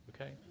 okay